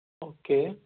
okay